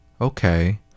Okay